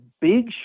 big